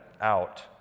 out